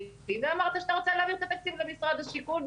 ואמרת שאתה רוצה להעביר את התקציב למשרד השיכון,